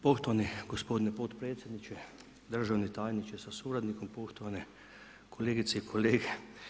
Poštovani gospodine potpredsjedniče, državni tajniče sa suradnikom, poštovane kolegice i kolege.